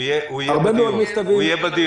הוא יהיה בדיון.